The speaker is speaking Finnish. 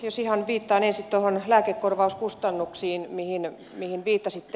jos ihan viittaan ensin noihin lääkekorvauskustannuksiin mihin viittasitte